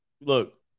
Look